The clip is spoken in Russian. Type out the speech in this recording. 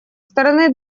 стороны